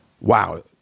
Wow